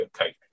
okay